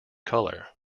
color